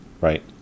right